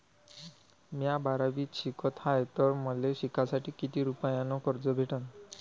म्या बारावीत शिकत हाय तर मले शिकासाठी किती रुपयान कर्ज भेटन?